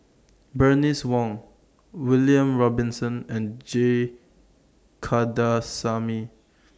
Bernice Wong William Robinson and G Kandasamy